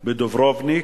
בדוברובניק.